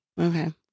Okay